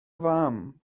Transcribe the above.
fam